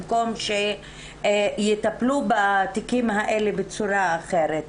במקום שיטפלו בתיקים האלה בצורה אחרת.